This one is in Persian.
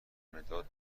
مداد